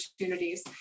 opportunities